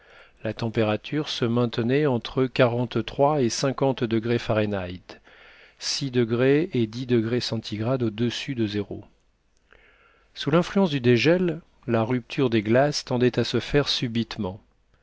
la température se maintenait entre quarante-trois et cinquante degrés fahrenheit et sous l'influence du dégel la rupture des glaces tendait à se faire subitement